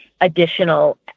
additional